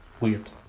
weird